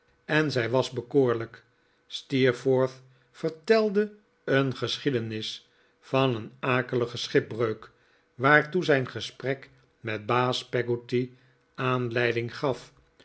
en zij was bekoorlijk steerforth vertelde een geschiedenis van een akelige schipbreuk waartoe zijn gesprek met baas peggotty aanleiding gaf